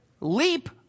leap